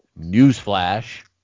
Newsflash